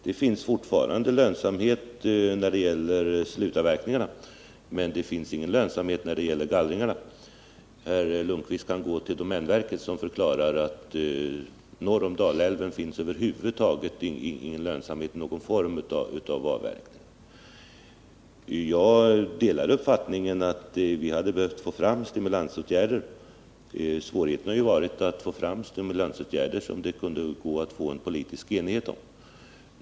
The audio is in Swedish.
Det finns fortfarande lönsamhet när det gäller slutavverkningarna, men det finns ingen lönsamhet när det gäller gallringarna. Herr Lundkvist kan gå till domänverket, som har förklarat att det norr om Dalälven över huvud taget inte finns lönsamhet i någon form av avverkning. Jag delar uppfattningen att vi hade behövt få fram stimulansåtgärder. Svårigheten har varit att få fram stimulansåtgärder som det kunde gå att få politisk enighet om.